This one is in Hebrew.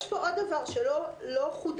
יש כאן עוד דבר שלא חוּדד,